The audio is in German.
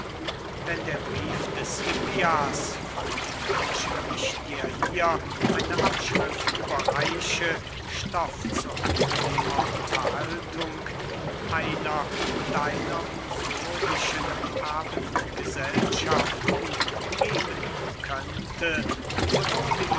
wenn der brief des hippias von welchem ich dir hier eine abschrift überreiche stoff zu angenehmer unterhaltung in einer deiner musurgischen abendgesellschaften geben könnte so würde